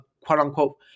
quote-unquote